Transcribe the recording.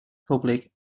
public